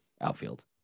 outfield